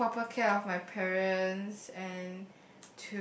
take proper care of my parents and